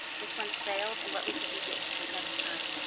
which ones failed, and what would you do different next time.